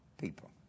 people